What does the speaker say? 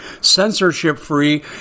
censorship-free